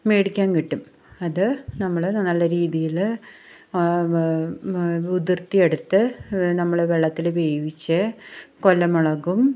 മേടിക്കാൻ കിട്ടും അത് നമ്മൾ നല്ല രീതിയിൽ കുതിർത്ത് എടുത്ത് നമ്മൾ വെള്ളത്തിൽ വേവിച്ച് കൊല്ലം മുളകും